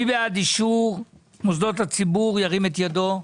ירים את ידו?